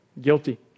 Guilty